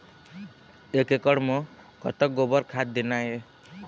एक एकड़ म कतक गोबर खाद देना ये?